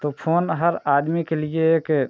तो फ़ोन हर आदमी के लिए एक